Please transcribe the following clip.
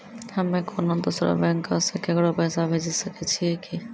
हम्मे कोनो दोसरो बैंको से केकरो पैसा भेजै सकै छियै कि?